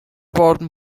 boarding